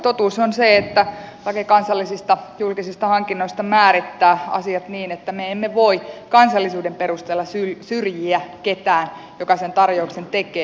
totuus on se että laki kansallisista julkisista hankinnoista määrittää asiat niin että me emme voi kansallisuuden perusteella syrjiä ketään joka sen tarjouksen tekee